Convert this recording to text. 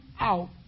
out